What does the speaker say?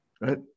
right